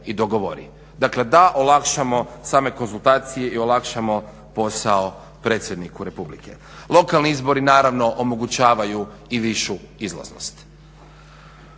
i dogovori. Dakle, da olakšamo same konzultacije i olakšamo posao predsjedniku Republike. Lokalni izbori naravno omogućavaju i višu izlaznost.